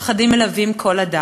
הפחדים מלווים כל אדם,